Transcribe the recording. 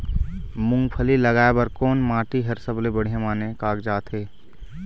मूंगफली लगाय बर कोन माटी हर सबले बढ़िया माने कागजात हे?